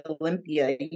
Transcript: Olympia